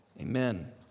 amen